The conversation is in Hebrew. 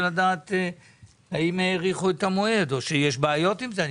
לדעת האם האריכו את המועד או שיש בעיות עם זה.